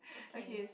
okay